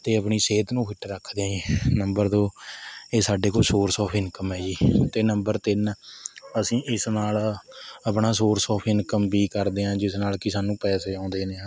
ਅਤੇ ਆਪਣੀ ਸਿਹਤ ਨੂੰ ਫਿੱਟ ਰੱਖਦੇ ਹਾਂ ਜੀ ਨੰਬਰ ਦੋ ਇਹ ਸਾਡੇ ਕੋਲ ਸੋਰਸ ਆਫ਼ ਇੰਨਕਮ ਹੈ ਜੀ ਅਤੇ ਨੰਬਰ ਤਿੰਨ ਅਸੀਂ ਇਸ ਨਾਲ ਆਪਣਾ ਸੋਰਸ ਆਫ਼ ਇੰਨਕਮ ਵੀ ਕਰਦੇ ਹਾਂ ਜਿਸ ਨਾਲ ਕਿ ਸਾਨੂੰ ਪੈਸੇ ਆਉਂਦੇ ਨੇ ਹੈ ਨਾ